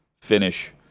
finish